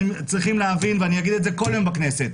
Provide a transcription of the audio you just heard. וצריכים להבין ואני אגיד את זה כל יום בכנסת,